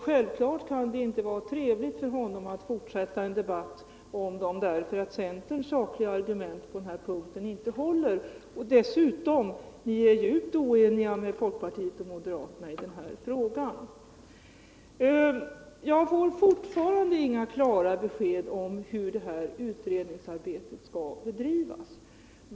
Självfallet kan det inte vara trevligt för energiministern att fortsätta en debatt om sysselsättningseffekterna, eftersom centerns sakliga argument på den här punkten inte håller och eftersom centern dessutom är djupt oenig med folkpartiet och moderata samlingspartiet i denna fråga. Jag får fortfarande inga klara besked om hur detta utredningsarbete skall bedrivas.